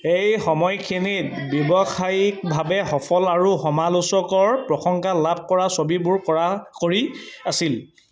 সেই সময়খিনিত ব্যৱসায়িকভাৱে সফল আৰু সমালোচকৰ প্ৰশংসা লাভ কৰা ছবিবোৰ কৰা কৰি আছিল